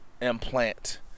implant